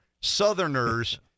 Southerners